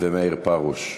ומאיר פרוש.